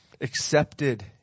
accepted